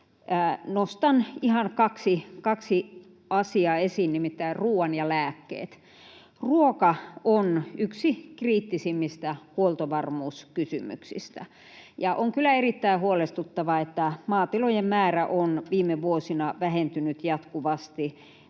ihan kaksi asiaa esiin, nimittäin ruuan ja lääkkeet: Ruoka on yksi kriittisimmistä huoltovarmuuskysymyksistä, ja on kyllä erittäin huolestuttavaa, että maatilojen määrä on viime vuosina vähentynyt jatkuvasti,